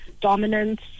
dominance